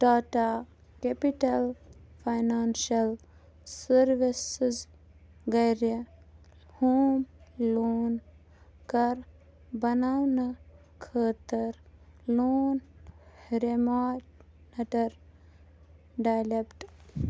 Tata capital financial services گَرِ home loan کَر بناونہٕ خٲطرٕ لون ریمانڑر ڈالیکٹہٕ